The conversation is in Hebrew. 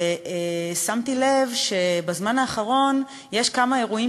ושמתי לב שבזמן האחרון יש כמה אירועים